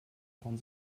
von